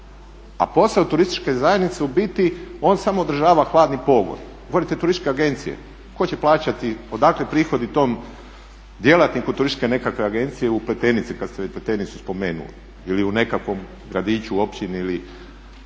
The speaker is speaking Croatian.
A posao turističke zajednice u biti on samo održava hladni pogon, … turističke agencije. Odakle prihodi tom djelatniku turističke nekakve agencije u Pleternici kada ste već Pleternicu spomenuli ili u nekakvom gradiću, općini ili,